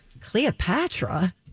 Cleopatra